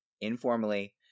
informally